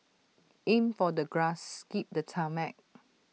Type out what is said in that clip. aim for the grass skip the tarmac